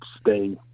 stay